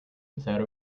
without